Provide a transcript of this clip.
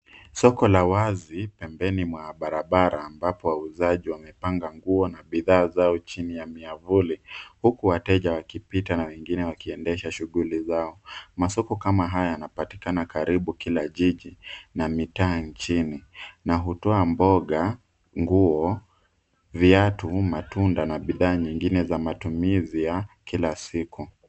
Soko la wazi pembeni mwa barabara, ambapo wauzaji wamepanga nguo na bidhaa zao chini ya miavuli, huku wateja wakipita na wengine wakiendesha shughuli zao. Masoko kama haya yanapatikana karibu kila jiji na mitaa nchini na hutoa mboga, nguo, viatu, matunda na bidhaa nyingine za matumizi ya kila siku.